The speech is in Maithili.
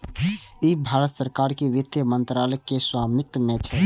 ई भारत सरकार के वित्त मंत्रालय के स्वामित्व मे छै